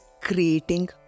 creating